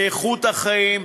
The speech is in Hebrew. באיכות החיים,